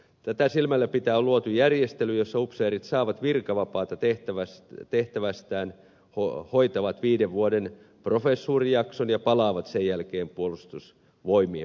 tätä silmälläpitäen on luotu järjestely jossa upseerit saavat virkavapaata tehtävästään hoitavat viiden vuoden professuurijakson ja palaavat sen jälkeen puolustusvoimien palvelukseen